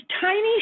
tiny